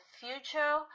future